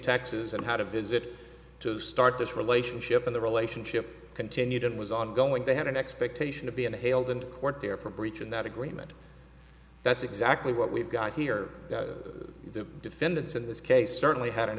texas and how to visit to start this relationship in the relationship continued and was ongoing they had an expectation to be inhaled into court there for breaching that agreement that's exactly what we've got here the defendants in this case certainly had an